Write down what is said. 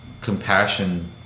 compassion